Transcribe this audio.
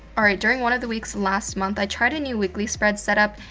all right, during one of the weeks last month, i tried a new weekly spread setup.